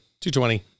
220